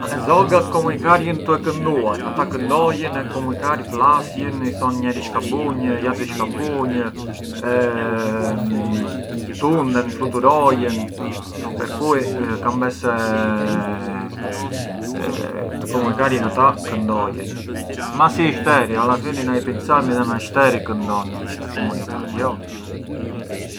Zogat komunikarjën tue kënduar, ato këndojën e komunikarjën, flasjën i thonë njeri çë ka bunj jatri çë ka bunj, tunden flëtërojën, per cui kam bes se të komunikarjën ata këndojën, ma si ishteri, midhe i shteri sa të komunikarënj këndon, jo?